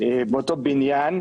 ובאותו בניין,